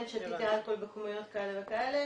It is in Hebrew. כן שתיתי אלכוהול בכמויות כאלה וכאלה,